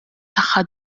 tagħha